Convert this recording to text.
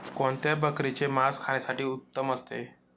कोणत्या बकरीचे मास खाण्यासाठी उत्तम असते?